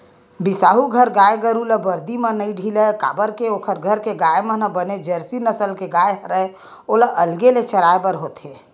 बिसाहू घर गाय गरु ल बरदी म नइ ढिलय काबर के ओखर घर के गाय मन ह बने जरसी नसल के गाय हरय ओला अलगे ले चराय बर होथे